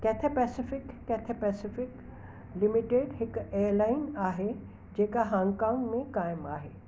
Cathay Pacific Cathay Pacific limited हिकु airline आहे जेका हांगकांंग में कायम आहे